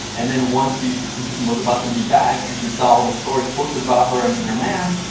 and then once she was about to be back and she saw all the stories posted about her and and her man's,